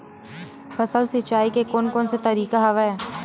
फसल सिंचाई के कोन कोन से तरीका हवय?